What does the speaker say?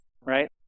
right